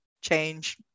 change